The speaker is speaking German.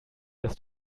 das